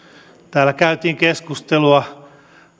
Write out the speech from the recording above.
täällä käytiin keskustelua